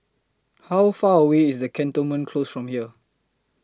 How Far away IS Cantonment Close from here